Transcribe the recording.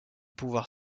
pouvoir